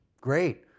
Great